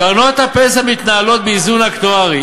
קרנות הפנסיה מתנהלות באיזון אקטוארי.